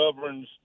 governs